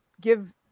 give